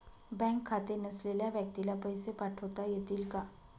Bank खाते नसलेल्या व्यक्तीला पैसे पाठवता येतील का?